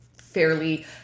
fairly